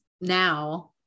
now